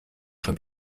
schon